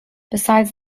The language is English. besides